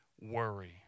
worry